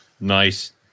Nice